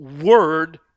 Word